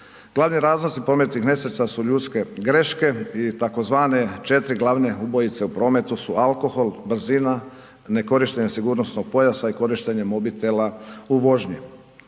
Glavni razlozi prometnih nesreća su ljudske greške i tzv. 4 glavne ubojice u prometu su alkohol, brzina, nekorištenje sigurnosnog pojasa i korištenje mobitela u vožnji.